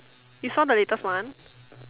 you saw the latest one